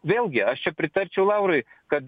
vėlgi aš čia pritarčiau lauriui kad